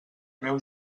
meu